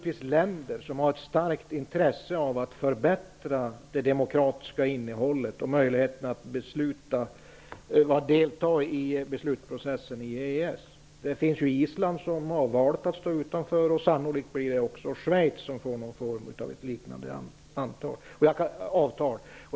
Det finns länder som har ett starkt intresse av att förbättra demokratin och möjligheten att delta i beslutsprocessen i EES. Island har valt att stå utanför, och Schweiz får förmodligen ett liknande avtal.